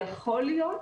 יכול להיות,